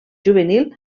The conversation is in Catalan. juvenil